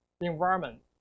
environment